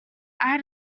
had